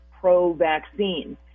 pro-vaccine